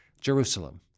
Jerusalem